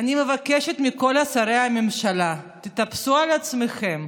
אני מבקשת מכל שרי הממשלה: תתאפסו על עצמכם.